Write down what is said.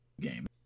game